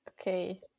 Okay